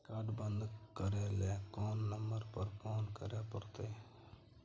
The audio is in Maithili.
कार्ड बन्द करे ल कोन नंबर पर फोन करे परतै?